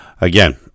again